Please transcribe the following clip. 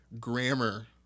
grammar